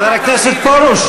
חבר הכנסת פרוש,